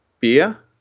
beer